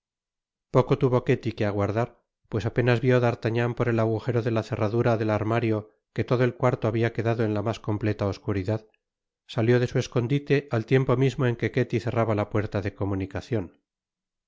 poco tuvo ketty que aguardar pues apenas vió d'artagnan por el agujero de la cerradura del armario que todo el cuarto habia quedado en la mas completa oscuridad salió de su escondite al tiempo mismo en que ketty cerraba la puerta de comunicacion